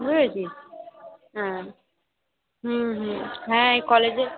বুঝতে পেরেছিস হ্যাঁ হুম হুম হ্যাঁ এ কলেজে